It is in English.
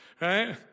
right